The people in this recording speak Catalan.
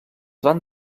van